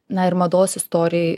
na ir mados istorijoj